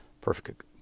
perfect